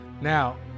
Now